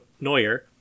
Neuer